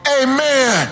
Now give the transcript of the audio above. amen